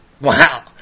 Wow